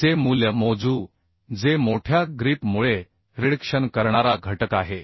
चे मूल्य मोजू जे मोठ्या ग्रिप मुळे रिडक्शन करणारा घटक आहे